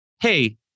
hey